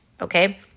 okay